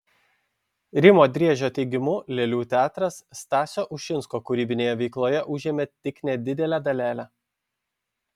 rimo driežio teigimu lėlių teatras stasio ušinsko kūrybinėje veikloje užėmė tik nedidelę dalelę